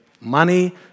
Money